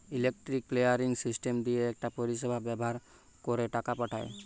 electronic clearing system দিয়ে একটা পরিষেবা ব্যাভার কোরে টাকা পাঠায়